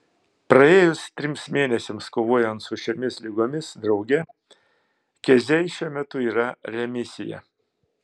praėjus trims mėnesiams kovojant su šiomis ligomis drauge keziai šiuo metu yra remisija